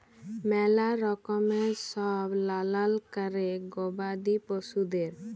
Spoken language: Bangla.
ম্যালা রকমের সব লালল ক্যরে গবাদি পশুদের